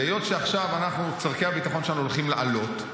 היות שעכשיו צורכי הביטחון שלנו הולכים לעלות,